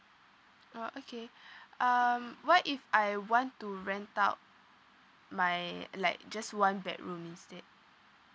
orh okay um what if I want to rent out my like just one bedroom instead